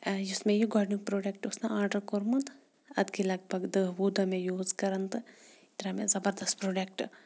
یُس مےٚ یہِ گۄڈنیُک پرٛوڈَکٹ اوس نہ آڈَر کوٚرمُت اَتھ گٔے لگ بگ دٔہ وُہ دۄہ مےٚ یوٗز کَران تہٕ یہِ درٛاو مےٚ زَبَردَس پرٛوڈَکٹ